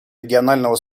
регионального